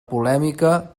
polèmica